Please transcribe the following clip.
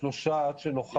מצד שני,